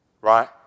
right